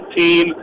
team